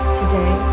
today